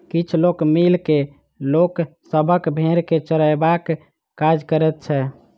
किछ लोक मिल के लोक सभक भेंड़ के चरयबाक काज करैत छै